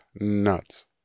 nuts